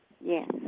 Yes